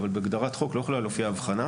אבל בהגדרת חוק לא יכולה להופיע הבחנה.